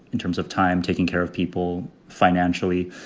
in terms of time, taking care of people financially,